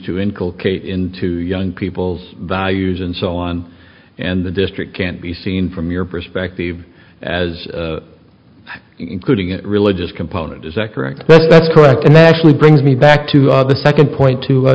cate into young people's values and so on and the district can't be seen from your perspective as including it religious component is that correct that's correct and they actually brings me back to the second point to